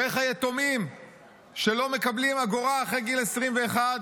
ואיך היתומים שלא מקבלים אגורה אחרי גיל 21,